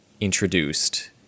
introduced